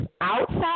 outside